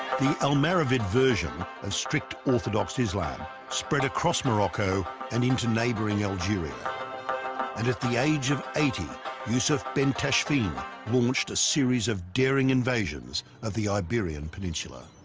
the almoravid version of strict orthodox islam spread across morocco and into neighboring algeria and at the age of eighty yusuf ibn tashfin launched a series of daring invasions of the iberian peninsula